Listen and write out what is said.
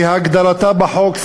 כהגדרתה בחוק,